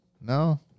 No